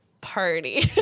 party